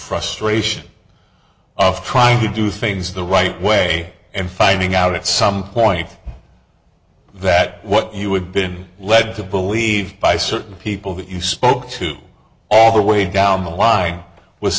frustration of trying to do things the right way and finding out at some point that what you would been led to believe by certain people that you spoke to all the way down the line was